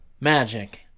Magic